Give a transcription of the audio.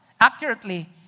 accurately